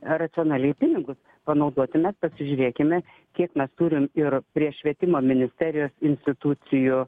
racionaliai pinigus panaudoti mes pasižiūrėkime kiek mes turim ir prie švietimo ministerijos institucijų